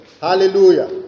Hallelujah